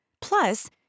Plus